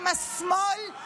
עם השמאל הכי קיצוני,